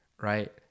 right